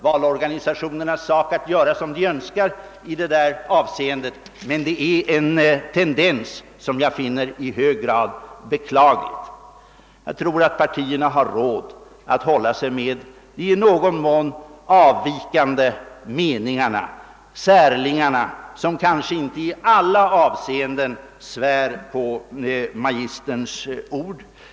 Valorganisationerna har självfallet rätt att göra som de önskar i det avseendet, men det är en tendens som jag finner i hög grad beklaglig. Jag tror att partierna har råd att hålla sig med dem som i någon mån företräder avvikande meningar, särlingarna som kanske inte i alla avseenden svär på magisterns ord.